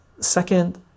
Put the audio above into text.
second